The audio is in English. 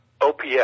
OPS